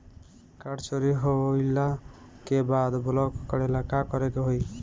Card चोरी होइला के बाद ब्लॉक करेला का करे के होई?